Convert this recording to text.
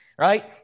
Right